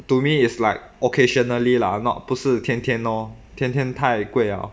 to me it's like occasionally lah not 不是天天咯天天太贵了